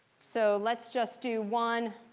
so let's just do one,